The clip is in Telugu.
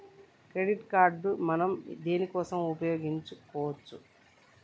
క్రెడిట్ కార్డ్ మనం దేనికోసం ఉపయోగించుకోవచ్చు?